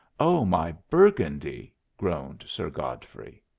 oh, my burgundy! groaned sir godfrey.